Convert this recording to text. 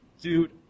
dude